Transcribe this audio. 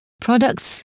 products